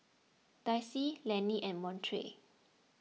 Dayse Lenny and Montrell